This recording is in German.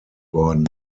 worden